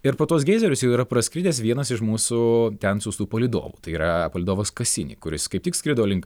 ir po tuos geizerius jau yra praskridęs vienas iš mūsų ten siųstų palydovų tai yra palydovas kasini kuris kaip tik skrido link